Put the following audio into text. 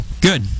Good